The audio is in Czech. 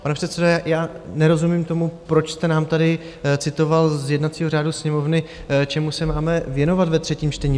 Pane předsedo, já nerozumím tomu, proč jste nám tady citoval z jednacího řádu Sněmovny, čemu se máme věnovat ve třetím čtení.